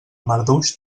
marduix